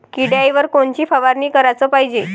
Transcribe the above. किड्याइवर कोनची फवारनी कराच पायजे?